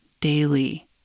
daily